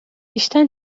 i̇şten